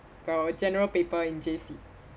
for our general paper in J_C